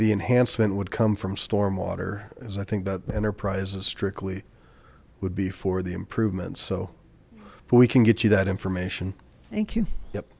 the enhancement would come from storm water as i think that enterprise a strictly would be for the improvements so we can get you that information